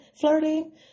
flirting